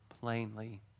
plainly